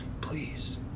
Please